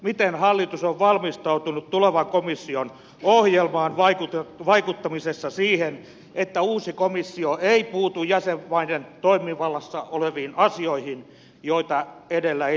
miten hallitus on valmistautunut tulevan komission ohjelmaan vaikuttamisessa siihen että uusi komissio ei puutu jäsenmaiden toimivallassa oleviin asioihin joita edellä esitin